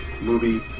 movie